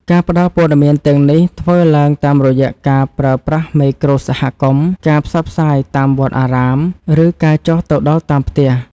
ការផ្ដល់ព័ត៌មានទាំងនេះ ធ្វើឡើងតាមរយៈការប្រើប្រាស់មេក្រូសហគមន៍ ការផ្សព្វផ្សាយតាមវត្តអារាម ឬការចុះទៅដល់តាមផ្ទះ។